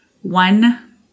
one